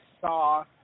saw